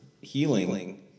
healing